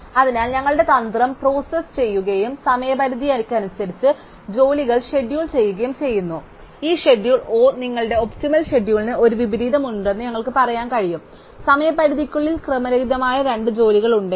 അതിനാൽ ഞങ്ങളുടെ തന്ത്രം പ്രോസസ്സ് ചെയ്യുകയും സമയപരിധിക്കനുസരിച്ച് ജോലികൾ ഷെഡ്യൂൾ ചെയ്യുകയും ചെയ്യുന്നു അതിനാൽ ഈ ഷെഡ്യൂൾ O നിങ്ങളുടെ ഒപ്റ്റിമൽ ഷെഡ്യൂളിന് ഒരു വിപരീതമുണ്ടെന്ന് ഞങ്ങൾക്ക് പറയാൻ കഴിയും സമയപരിധിക്കുള്ളിൽ ക്രമരഹിതമായ രണ്ട് ജോലികൾ ഉണ്ടെങ്കിൽ